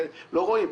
לא רואים,